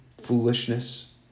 foolishness